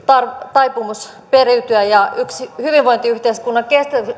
taipumus periytyä ja yksi hyvinvointiyhteiskunnan